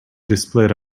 displayed